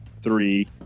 three